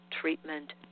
treatment